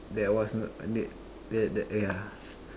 that was not that that yeah